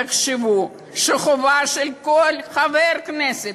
תחשבו שחובה של כל חבר כנסת,